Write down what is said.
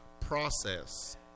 process